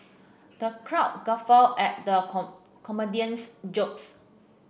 the crowd guffawed at the comedian's jokes